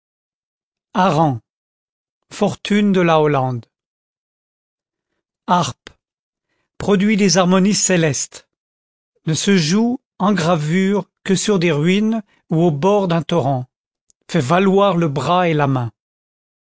fortune de la hollande harpe produit des harmonies céleste ne se joue en gravure que sur des ruines ou au bord d'un torrent fait valoir le bras et la main